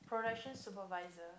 production supervisor